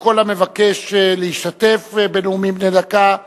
כל המבקש להשתתף בנאומים בני דקה,